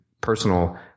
personal